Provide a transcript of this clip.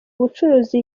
ubucuruzi